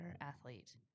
athlete